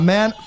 Man